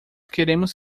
queremos